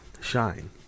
shine